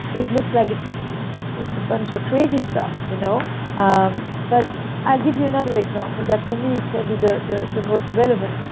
it looks like it's ah it's a bunch of crazy stuff. you know um but i'll give you another example that for me is probably the the most relevant.